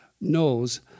knows